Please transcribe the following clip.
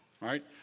right